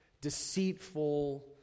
deceitful